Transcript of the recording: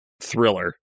thriller